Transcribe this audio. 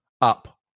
up